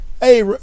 Hey